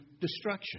destruction